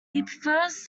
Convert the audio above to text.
prefers